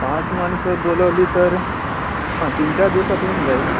पाच माणसं बोलवली तर हां तीन चार दिवसात होऊन जाईल